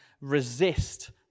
resist